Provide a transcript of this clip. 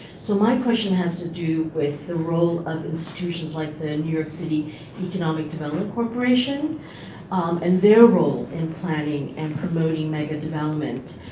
so my question has to do with the role of institutions like the new york city economic development corporation and their role in planning and promoting megadevelopment